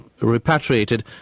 repatriated